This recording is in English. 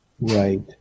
Right